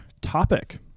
topic